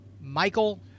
Michael